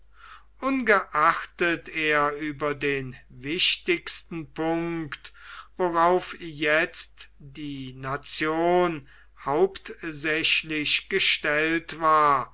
ungeachtet er über den wichtigsten punkt worauf jetzt die nation hauptsächlich gestellt war